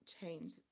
change